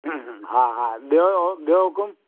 हूं हूं हा हा ॿियो ॿियो हुकुम